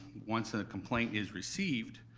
once a complaint is received,